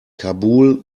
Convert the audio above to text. kabul